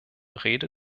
rede